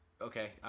okay